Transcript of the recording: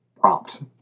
prompt